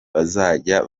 bazajya